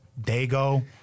Dago